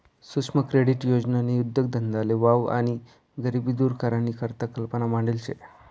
सुक्ष्म क्रेडीट योजननी उद्देगधंदाले वाव आणि गरिबी दूर करानी करता कल्पना मांडेल शे